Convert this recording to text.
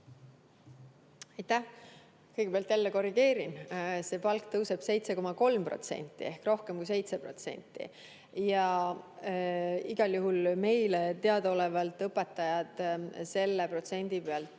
Aitäh! Kõigepealt jälle korrigeerin: see palk tõuseb 7,3% ehk rohkem kui 7%. Ja meile teadaolevalt õpetajad selle protsendi puhul